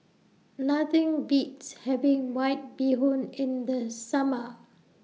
Nothing Beats having White Bee Hoon in The Summer